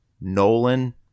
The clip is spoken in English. nolan